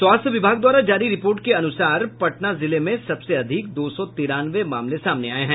स्वास्थ्य विभाग द्वारा जारी रिपोर्ट के अनुसार पटना जिले में सबसे अधिक दो सौ तिरानवे मामले सामने आये है